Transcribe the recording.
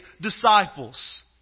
disciples